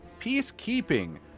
peacekeeping